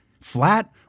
flat